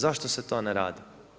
Zašto se to ne radi?